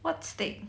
what steak